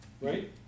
right